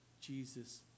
Jesus